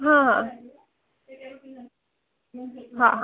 हां हां हां